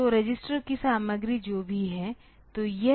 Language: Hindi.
तो रजिस्टर की सामग्री जो भी थी